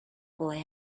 boy